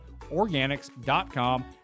organics.com